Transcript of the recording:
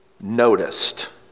noticed